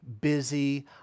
busy